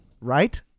Right